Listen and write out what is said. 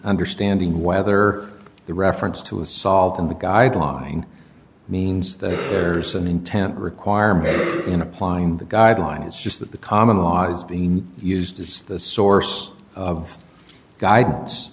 understanding whether the reference to assault in the guideline means that there's an intent requirement in applying the guideline is just that the common law is being used as the source of guidance